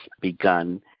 begun